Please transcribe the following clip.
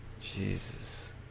Jesus